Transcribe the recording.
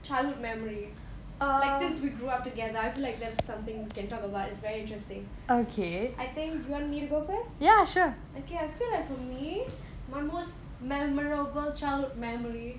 childhood memory like since we grew up together I feel like that's something we can talk about is very interesting I think you want me to go first okay I feel like for me my most memorable childhood memory